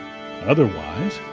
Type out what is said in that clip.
Otherwise